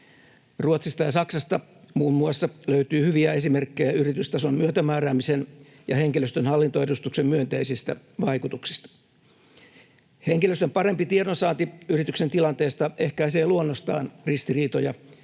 Ruotsista ja Saksasta löytyy hyviä esimerkkejä yritystason myötämääräämisen ja henkilöstön hallintoedustuksen myönteisistä vaikutuksista. Henkilöstön parempi tiedonsaanti yrityksen tilanteesta ehkäisee luonnostaan ristiriitoja,